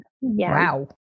Wow